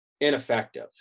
ineffective